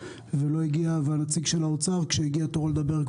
וכשהגיע תורו של נציג האוצר,